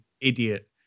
idiot